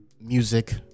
music